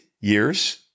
years